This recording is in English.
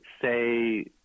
say